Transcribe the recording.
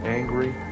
angry